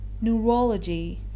neurology